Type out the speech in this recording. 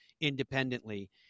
independently